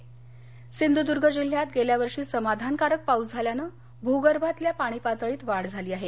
पाणी सिंधदर्ग सिंधुर्दुर्ग जिल्ह्यात गेल्या वर्षी समाधानकारक पाऊस झाल्यान भूगर्भातल्या पाणीपातळीत वाढ झाली आहे